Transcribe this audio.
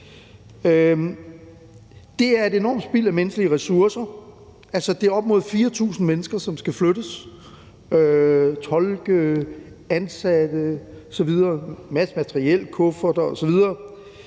Det er et enormt spild af menneskelige ressourcer, det er op imod 4.000 mennesker, som skal flyttes, altså tolke, andre ansatte osv., og en masse materiel som kufferter osv.,